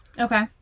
Okay